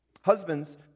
Husbands